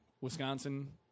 Wisconsin